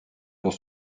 pour